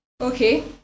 Okay